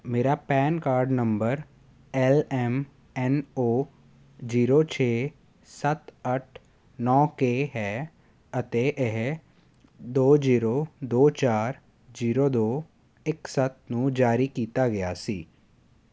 ਮੇਰਾ PAN card number L M N O zero ਛੇ ਸੱਤ ਅੱਠ ਨੌਂ ਕੇ ਹੈ ਅਤੇ ਇਹ ਦੋ ਜੀਰੋ ਦੋ ਚਾਰ ਜੀਰੋ ਦੋ ਇੱਕ ਸੱਤ ਨੂੰ ਜਾਰੀ ਕੀਤਾ ਗਿਆ ਸੀ